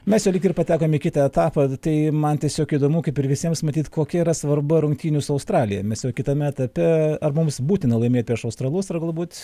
mes jau lyg ir patekom į kitą etapą tai man tiesiog įdomu kaip ir visiems matyt kokia yra svarba rungtynių su australija mes jau kitame etape ar mums būtina laimėt prieš australus ar galbūt